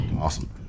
Awesome